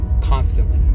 constantly